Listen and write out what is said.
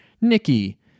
Nikki